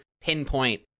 pinpoint